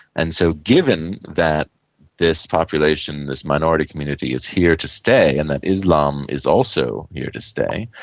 and so given that this population, this minority community is here to stay and that islam is also here to stay,